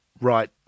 right